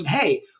hey